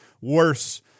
Worse